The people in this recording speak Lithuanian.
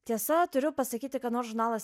tiesa turiu pasakyti kad nors žurnalas